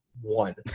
one